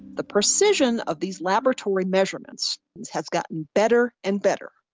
the precision of these laboratory measurements has gotten better and better,